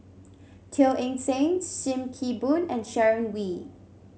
Teo Eng Seng Sim Kee Boon and Sharon Wee